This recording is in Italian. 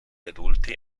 adulti